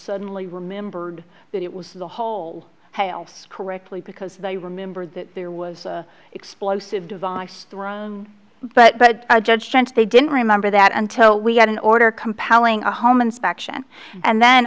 suddenly remembered that it was the whole hale's correctly because they remember that there was explosive device thrown but a judge they didn't remember that until we had an order compelling a home inspection and then